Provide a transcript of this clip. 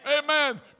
Amen